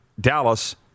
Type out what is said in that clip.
Dallas